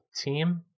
team